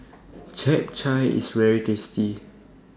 Chap Chai IS very tasty